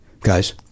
guys